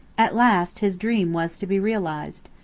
at last his dream was to be realized.